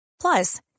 Plus